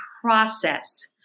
process